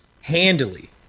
Handily